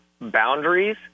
boundaries